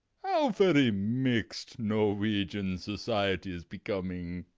how very mixed norwegian society is becoming.